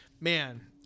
man